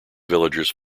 villagers